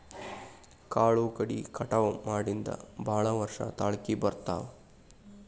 ಕಾಳು ಕಡಿ ಕಟಾವ ಮಾಡಿಂದ ಭಾಳ ವರ್ಷ ತಾಳಕಿ ಬರ್ತಾವ